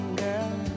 girl